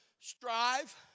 Strive